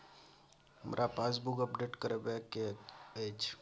हमरा passbook update करैबे के अएछ?